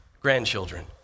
grandchildren